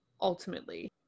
ultimately